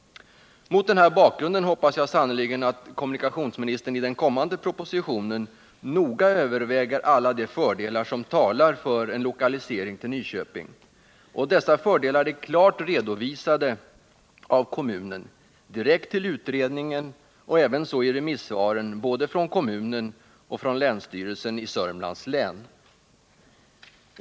Mot den här bakgrunden hoppas jag sannerligen att kommunikationsministern i den kommande propositionen noga övervägar alla de fördelar som talar för en lokalisering till Nyköping. Dessa fördelar är klart redovisade av kommunen direkt till utredningen och även i remissvaren både från kommunen och från länsstyrelsen i Södermanlands län.